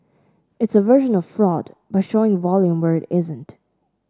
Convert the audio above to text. it is a version of fraud by showing volume where it isn't